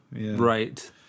right